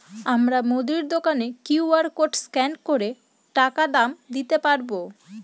আমার মুদি দোকানের কিউ.আর কোড স্ক্যান করে টাকা দাম দিতে পারব?